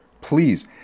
please